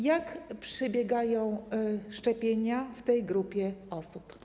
Jak przebiegają szczepienia w tej grupie osób?